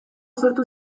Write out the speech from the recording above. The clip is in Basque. sortu